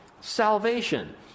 Salvation